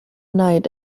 night